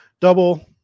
double